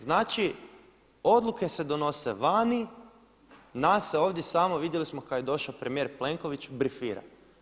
Znači odluke se donose vani, nas se ovdje samo, vidjeli smo kada je došao premijer Plenković brifira.